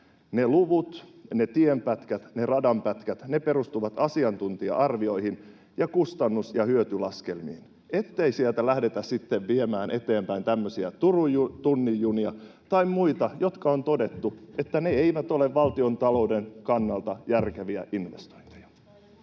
ne luvut, ne tienpätkät, ne radanpätkät, ne perustuvat asiantuntija-arvioihin ja kustannus- ja hyötylaskelmiin — ettei sieltä lähdetä sitten viemään eteenpäin tämmöisiä Turun tunnin junia tai muita, joista on todettu, että ne eivät ole valtiontalouden kannalta järkeviä investointeja.